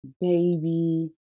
baby